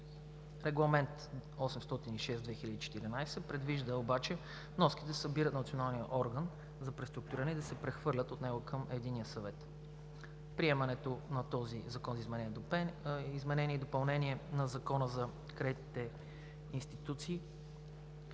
Регламент № 806/2014 предвижда обаче вноските да се събират от Националния орган за преструктуриране и да се прехвърлят от него към Единния съвет. Приемането на този Закон за изменение и допълнение на Закона за възстановяване